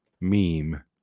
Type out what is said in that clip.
meme